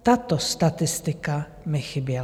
Tato statistika mi chyběla.